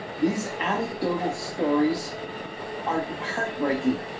these anecdotal stories are are heartbreaking,